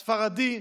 הספרדי,